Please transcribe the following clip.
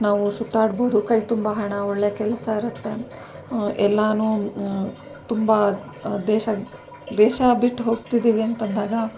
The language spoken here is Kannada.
ನಾವು ಸುತ್ತಾಡ್ಬೋದು ಕೈ ತುಂಬ ಹಣ ಒಳ್ಳೆ ಕೆಲಸ ಇರುತ್ತೆ ಎಲ್ಲನೂ ತುಂಬ ದೇಶ ದೇಶ ಬಿಟ್ಟು ಹೋಗ್ತಿದ್ದೀವಿ ಅಂತ ಅಂದಾಗ